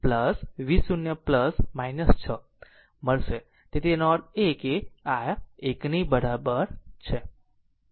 તેથી 2 i0 v0 6 મળશે જેનો અર્થ એ છે કે આ એક બરોબર છે